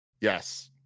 Yes